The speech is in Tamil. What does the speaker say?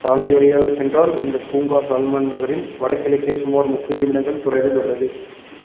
சாலை வழியாகச் சென்றால் இந்தப் பூங்கா சால்மன் நகரின் வடகிழக்கே சுமார் முப்பது நிமிடங்கள் தொலைவில் உள்ளது